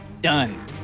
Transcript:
Done